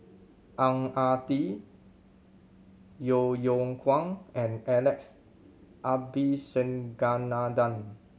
Ang Ah Tee Yeo Yeow Kwang and Alex Abisheganaden